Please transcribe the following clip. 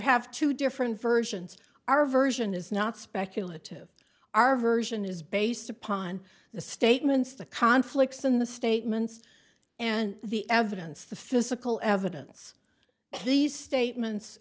have two different versions our version is not speculative our version is based upon the statements the conflicts in the statements and the evidence the physical evidence and these statements